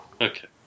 Okay